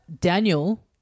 Daniel